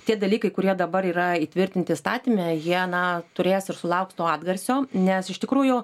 tie dalykai kurie dabar yra įtvirtinti įstatyme jie na turės ir sulaukt to atgarsio nes iš tikrųjų